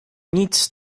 nic